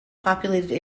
populated